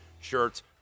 shirts